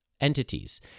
entities